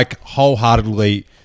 wholeheartedly